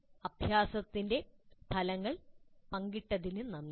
അഭ്യാസത്തിന്റെ ഫലങ്ങൾ പങ്കിട്ടതിന് നന്ദി story